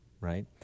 right